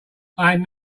had